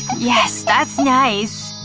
yes, that's nice